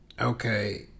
Okay